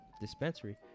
dispensary